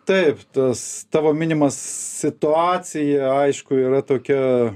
taip tas tavo minimas situacija aišku yra tokia